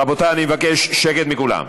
רבותי, אני מבקש שקט מכולם.